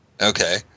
Okay